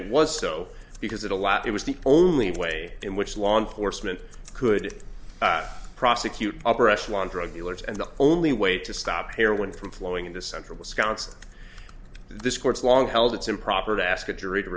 it was so because it a lot it was the only way in which law enforcement could prosecute upper echelon drug dealers and the only way to stop their went from flowing into central wisconsin this court's long held it's improper to ask a jury to